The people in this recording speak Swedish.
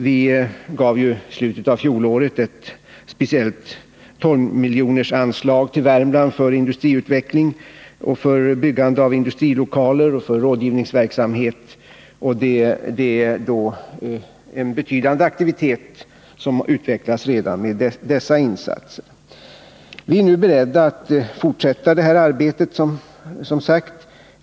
Vi gav i slutet av fjolåret ett speciellt anslag om 12 milj.kr. till Värmland för industriutveckling och för byggande av industrilokaler samt för rådgivningsverksamhet. Det är en betydande aktivitet som utvecklas redan med dessa insatser. Vi är nu som sagt beredda att fortsätta detta arbete.